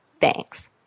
Thanks